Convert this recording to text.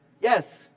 Yes